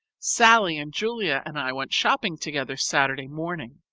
sallie and julia and i went shopping together saturday morning.